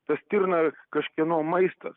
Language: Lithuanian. ta stirna kažkieno maistas